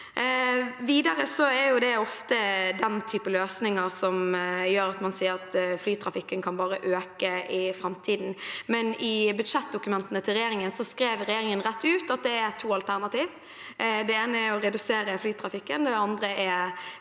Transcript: Videre er det ofte den typen løsninger som gjør at man sier at flytrafikken bare kan øke i framtiden, men i budsjettdokumentene til regjeringen skrev de rett ut at det er to alternativer. Det ene er å redusere flytrafikken, det andre er